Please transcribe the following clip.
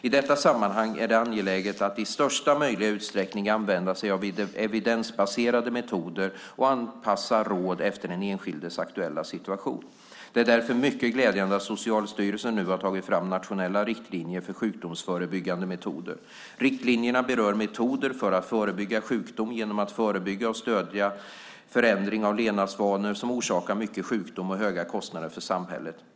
I detta sammanhang är det angeläget att i största möjliga utsträckning använda sig av evidensbaserade metoder och anpassa råd efter den enskildes aktuella situation. Det är därför mycket glädjande att Socialstyrelsen nu har tagit fram nationella riktlinjer för sjukdomsförebyggande metoder. Riktlinjerna berör metoder för att förebygga sjukdom genom att förebygga och stödja förändring av levnadsvanor som orsakar mycket sjukdom och höga kostnader för samhället.